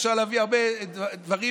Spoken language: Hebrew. אפשר להביא הרבה דברים,